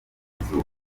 izuba